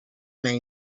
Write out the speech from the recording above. may